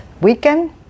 weekend